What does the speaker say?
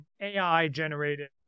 AI-generated